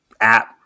app